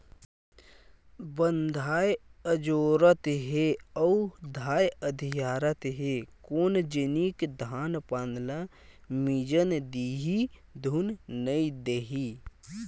बंधाए अजोरत हे अउ धाय अधियारत हे कोन जनिक धान पान ल मिजन दिही धुन नइ देही